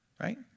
Right